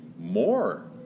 more